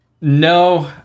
No